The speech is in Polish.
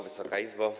Wysoka Izbo!